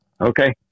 Okay